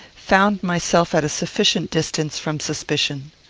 found myself at a sufficient distance from suspicion.